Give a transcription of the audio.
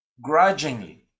grudgingly